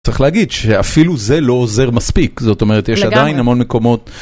צריך להגיד שאפילו זה לא עוזר מספיק, זאת אומרת, לגמרי, יש עדיין המון מקומות...